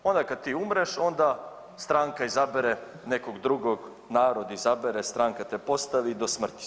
Onda kad ti umreš onda stranka izabere nekog drugog, narod izabere, stranka te postavi i do smrti si.